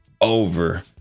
over